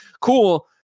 cool